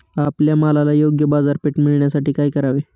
आपल्या मालाला योग्य बाजारपेठ मिळण्यासाठी काय करावे?